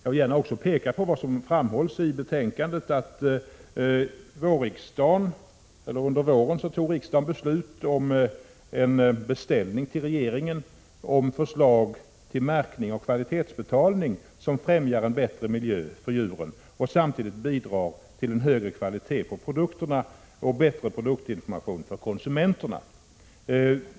Jag vill också gärna peka på vad som framhålls i betänkandet, nämligen att riksdagen under våren fattade beslut om en beställning till regeringen av förslag till märkning och kvalitetsbetalning, som främjar en bättre miljö för djuren och samtidigt bidrar till en högre kvalitet på produkterna och bättre produktinformation för konsumenterna.